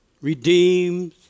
redeemed